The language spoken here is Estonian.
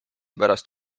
pärast